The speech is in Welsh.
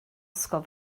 ysgol